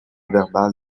verbale